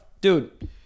dude